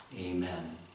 Amen